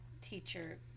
teacher